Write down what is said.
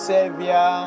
Savior